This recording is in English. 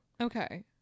Okay